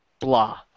blah